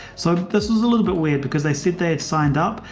so this is a little bit weird because they said they had signed up,